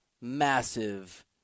massive